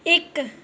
इक